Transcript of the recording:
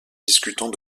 discutant